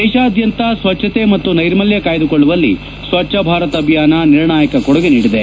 ದೇಶಾದ್ಯಂತ ಸ್ವಚ್ಛತೆ ಮತ್ತು ಸ್ವೆರ್ಮಲ್ಯ ಕಾಯ್ದುಕೊಳ್ಳುವಲ್ಲಿ ಸ್ವಚ್ಛಭಾರತ್ ಅಭಿಯಾನ ನಿರ್ಣಾಯಕ ಕೊಡುಗೆ ನೀಡಿದೆ